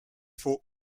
faux